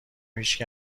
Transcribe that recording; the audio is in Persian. هیچکی